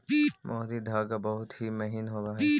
मोहरी धागा बहुत ही महीन होवऽ हई